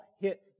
hit